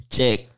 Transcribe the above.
Check